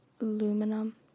aluminum